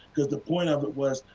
the point of it was,